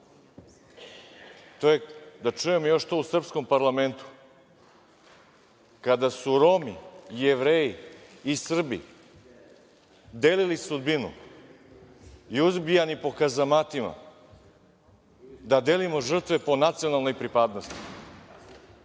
žrtve. Da čujem to u srpskom parlamentu, kada su Romi, Jevreji i Srbi delili sudbinu i ubijani po kazamatima, da delimo žrtve po nacionalnoj pripadnosti